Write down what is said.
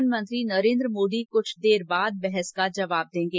प्रधानमंत्री नरेन्द्र मोदी कुछ देर बाद बहस का जवाब देंगे